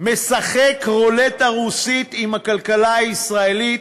משחק רולטה רוסית עם הכלכלה הישראלית